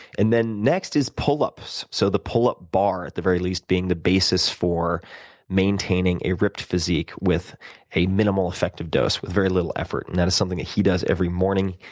and then, next is pull-ups, so the pull-up bar, at the very least, being the basis for maintaining a ripped physique with a minimal effective dose with very little effort. and that is something that he does every morning.